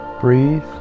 Breathe